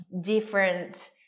different